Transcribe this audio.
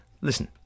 listen